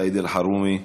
סעיד אלחרומי,